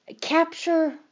capture